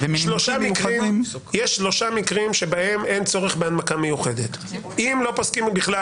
יש שלושה מקרים בהם אין צורך בהנמקה מיוחדת - אם לא פוסקים בכלל,